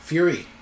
Fury